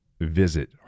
visit